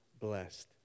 blessed